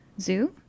Zoo